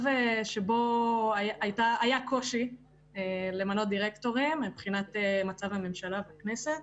שבו היה קושי למנות דירקטורים מבחינת מצב הממשלה והכנסת,